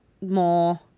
more